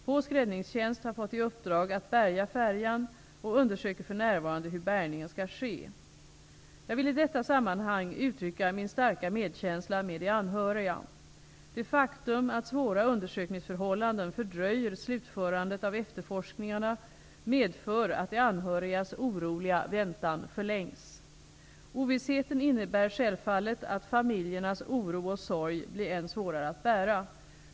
Polsk räddningstjänst har fått i uppdrag att bärga färjan och undersöker för närvarande hur bärgningen skall ske. Jag vill i detta sammanhang uttrycka min starka medkänsla med de anhöriga. Det faktum att svåra undersökningsförhållanden fördröjer slutförandet av efterforskningarna medför att de anhörigas oroliga väntan förlängs. Ovissheten innebär självfallet att familjernas oro och sorg blir än svårare att bära.